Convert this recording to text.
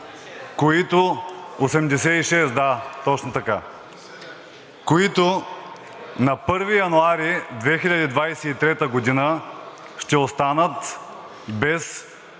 които на 1 януари 2023 г. ще останат без